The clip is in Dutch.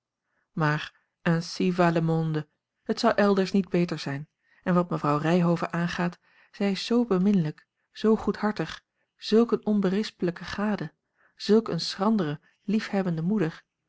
maar ainsi va le monde het zal elders niet beter zijn en wat mevrouw ryhove aangaat zij is zoo beminlijk zoo goedhartig zulk eene onberispelijke gade zulk eene schrandere liefhebbende moeder